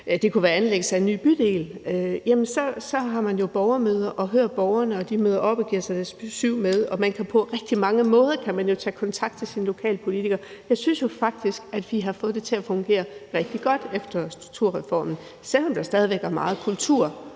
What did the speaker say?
det kunne være anlæggelse af en ny bydel, har man borgermøder, og man hører borgerne, som møder op og giver deres besyv med. På rigtig mange måder kan man tage kontakt til sin lokalpolitiker. Jeg synes faktisk, at vi har fået det til at fungere rigtig godt efter strukturreformen, selv om der stadig er meget kultur,